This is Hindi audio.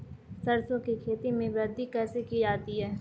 सरसो की खेती में वृद्धि कैसे की जाती है?